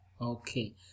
okay